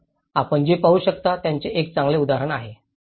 घर आपण जे पाहू शकता त्याचे हे एक चांगले उदाहरण आहे